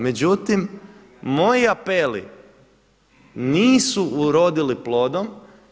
Međutim, moji apeli nisu urodili plodom.